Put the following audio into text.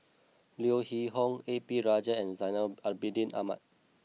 Leo Hee Tong A P Rajah and Zainal Abidin Ahmad